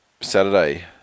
Saturday